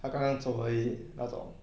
她刚刚走而已那种